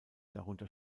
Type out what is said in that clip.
darunter